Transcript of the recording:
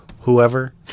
whoever